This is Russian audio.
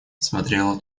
смотрела